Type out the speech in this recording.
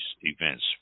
events